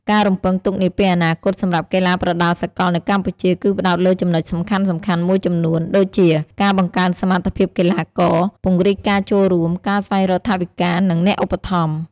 ការរំពឹងទុកនាពេលអនាគតសម្រាប់កីឡាប្រដាល់សកលនៅកម្ពុជាគឺផ្តោតលើចំណុចសំខាន់ៗមួយចំនួនដូចជា ការបង្កើនសមត្ថភាពកីឡាករ ពង្រីកការចូលរួម ការស្វែងរកថវិកា និងអ្នកឧបត្ថម្ភ។